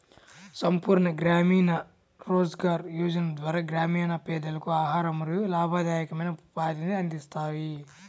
సంపూర్ణ గ్రామీణ రోజ్గార్ యోజన ద్వారా గ్రామీణ పేదలకు ఆహారం మరియు లాభదాయకమైన ఉపాధిని అందిస్తారు